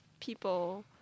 people